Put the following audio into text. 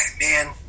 Man